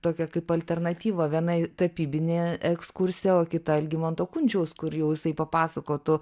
tokią kaip alternatyvą viena tapybinė ekskursija o kita algimanto kunčiaus kur jau jisai papasakotų